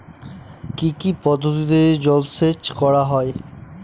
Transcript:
কি কি পদ্ধতিতে জলসেচ করা হয়?